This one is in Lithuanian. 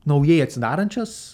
naujai atsidarančias